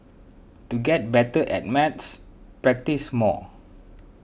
to get better at maths practise more